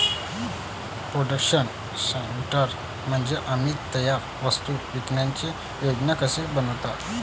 production सॉर्टर म्हणजे आम्ही तयार वस्तू विकण्याची योजना कशी बनवतो